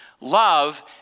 Love